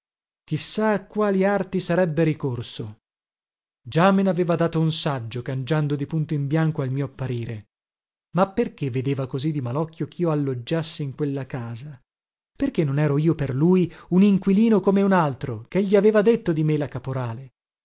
a quali arti sarebbe ricorso già me naveva dato un saggio cangiando di punto in bianco al mio apparire ma perché vedeva così di malocchio chio alloggiassi in quella casa perché non ero io per lui un inquilino come un altro che gli aveva detto di me la caporale